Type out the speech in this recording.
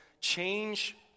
Change